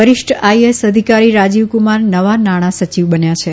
વરિષ્ઠ આઈએસ અધિકારી રાજીવ કુમાર નવા નાણાં સચિવ બન્યા છે